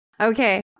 Okay